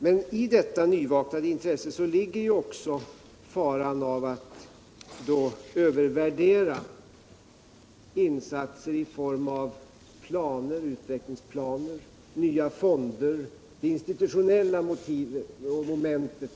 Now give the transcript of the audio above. Men i detta nyvaknade intresse ligger en fara att socialdemokraterna övervärderar insatser i form av utvecklingsplaner och nya fonder, dvs. det institutionella momentet i detta.